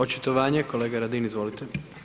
Očitovanje, kolega Radin izvolite.